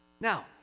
Now